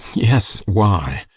yes, why?